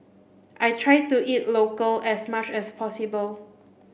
I try to eat local as much as possible